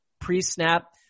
pre-snap